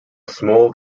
small